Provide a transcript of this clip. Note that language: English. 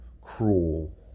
cruel